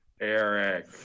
Eric